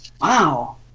Wow